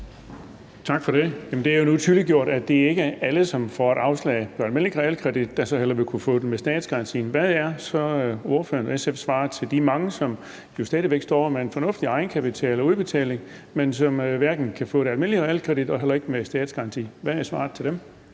Tak for det. Jamen det er jo nu tydeliggjort, at det ikke er alle, som får et afslag på et almindeligt realkreditlån, der så vil kunne få det med statsgarantien. Hvad er så ordføreren og SF's svar til de mange, som jo stadig væk står med en fornuftig egenkapital eller udbetaling, men som hverken kan få et almindeligt realkreditlån eller en statsgaranti? Hvad er svaret til dem?